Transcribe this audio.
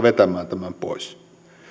vetämään tämän pois